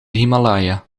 himalaya